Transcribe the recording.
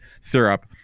syrup